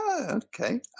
okay